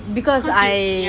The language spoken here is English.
because you